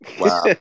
Wow